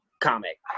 comic